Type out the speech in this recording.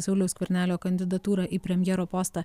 sauliaus skvernelio kandidatūrą į premjero postą